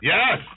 Yes